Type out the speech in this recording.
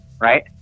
right